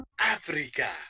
Africa